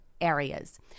areas